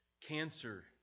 cancer